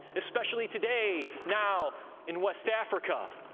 especially today now in west africa.